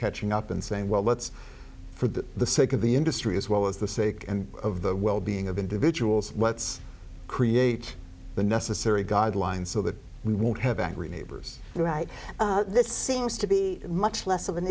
catching up and saying well let's for the sake of the industry as well as the sake and of the well being of individuals let's create the necessary guidelines so that we won't have angry neighbors right this seems to be much less of an